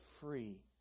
free